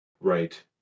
Right